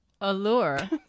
Allure